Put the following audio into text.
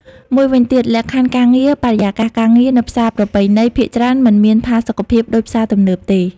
មួយវិញទៀតលក្ខខណ្ឌការងារ បរិយាកាសការងារនៅផ្សារប្រពៃណីភាគច្រើនមិនមានផាសុកភាពដូចផ្សារទំនើបទេ។